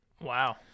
Wow